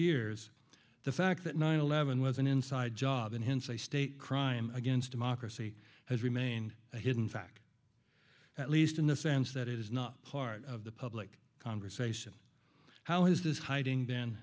years the fact that nine eleven was an inside job and hence a state crime against democracy has remained a hidden fact at least in the sense that it is not part of the public conversation how has this hiding